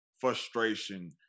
frustration